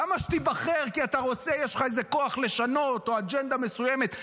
למה שתיבחר כי יש לך כוח לשנות, או אג'נדה מסוימת?